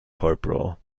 corporal